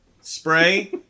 Spray